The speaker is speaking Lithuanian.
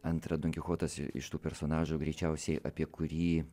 antra donkichotas iš tų personažų greičiausiai apie kurį